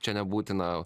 čia nebūtina